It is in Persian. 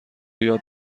یاد